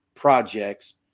projects